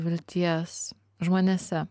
vilties žmonėse